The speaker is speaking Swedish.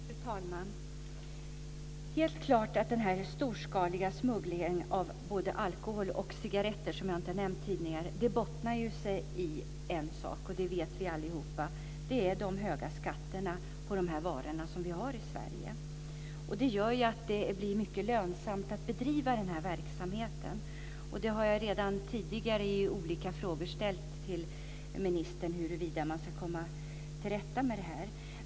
Fru talman! Det är helt klart att denna storskaliga smuggling av både alkohol och cigaretter - som jag inte nämnt tidigare - bottnar sig i en sak, nämligen de höga skatterna som vi har i Sverige på dessa varor. Det gör att det är mycket lönsamt att bedriva denna typ av verksamhet. Jag har tidigare ställt olika frågor till ministern om hur man ska kunna komma till rätta med problemet.